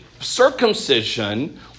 circumcision